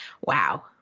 wow